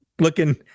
looking